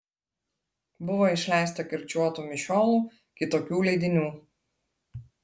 buvo išleista kirčiuotų mišiolų kitokių leidinių